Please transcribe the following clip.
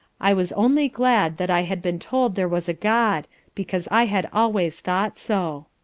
i was only glad that i had been told there was a god because i had always thought so.